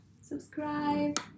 Subscribe